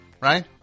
Right